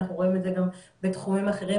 אנחנו רואים את זה גם בתחומים אחרים,